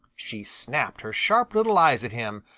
she snapped her sharp little eyes at him,